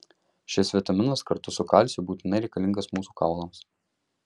šis vitaminas kartu su kalciu būtinai reikalingas mūsų kaulams